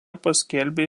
paskelbė